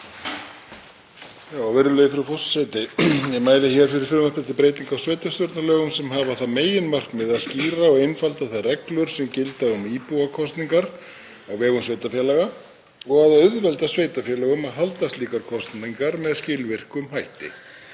Virðulegi forseti. Ég mæli hér fyrir frumvarpi til breytinga á sveitarstjórnarlögum sem hafa það meginmarkmið að skýra og einfalda þær reglur sem gilda um íbúakosningar á vegum sveitarfélaga og að auðvelda sveitarfélögum að halda slíkar kosningar með skilvirkum hætti.